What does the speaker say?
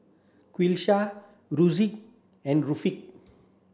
Qalisha and